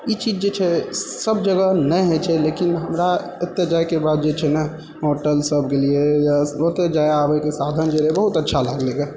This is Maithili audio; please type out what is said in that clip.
ई चीज जे छै सभ जगह नहि होइ छै लेकिन हमरा एतऽ जाइके बाद जे छै ने होटल सभ गेलियै या ओतै जाइ आबै कऽ साधन जे रहै बहुत अच्छा लागलैगऽ